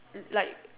like